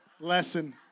lesson